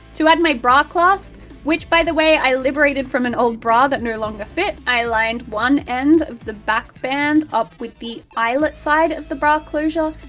to add my bra clasp which, by the way, i liberated from an old bra that no longer fit i lined one end of the back band up with the eyelet side of the bra closure,